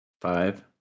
Five